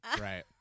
Right